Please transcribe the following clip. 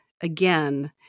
again